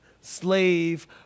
slave